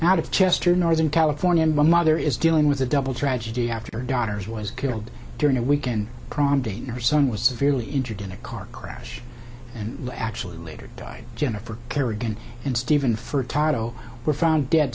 out of chester northern california and my mother is dealing with a double tragedy after daughters was killed during a weekend prom date her son was severely injured in a car crash last actually later died jennifer kerrigan and steven for tardo were found dead